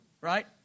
right